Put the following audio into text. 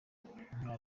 nka